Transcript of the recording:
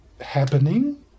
happening